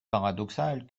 paradoxal